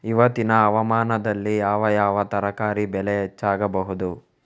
ಇವತ್ತಿನ ಹವಾಮಾನದಲ್ಲಿ ಯಾವ ಯಾವ ತರಕಾರಿ ಬೆಳೆ ಹೆಚ್ಚಾಗಬಹುದು?